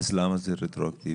אז למה זה רטרואקטיבי?